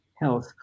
health